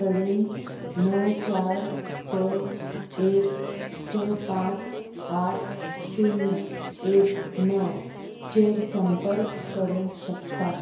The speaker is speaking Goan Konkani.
कडेन णव चार स एक स पांच आठ शुन्य एक णव चेर संपर्क करूंक शकता